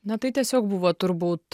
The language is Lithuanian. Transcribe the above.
na tai tiesiog buvo turbūt